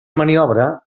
maniobra